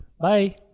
Bye